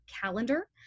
calendar